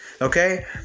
Okay